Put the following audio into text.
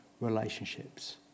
relationships